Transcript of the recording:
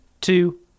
two